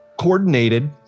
Coordinated